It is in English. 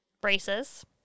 braces